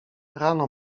rano